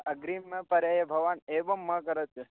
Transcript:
अग्रिमवारं भवान् एवं मा करोतु